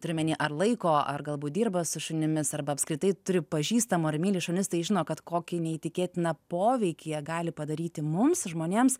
turiu omeny ar laiko ar galbūt dirba su šunimis arba apskritai turi pažįstamų ar myli šunis tai žino kad kokį neįtikėtiną poveikį jie gali padaryti mums žmonėms